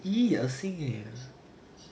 !ee! 噁心 leh